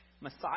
Messiah